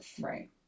Right